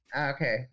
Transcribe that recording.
Okay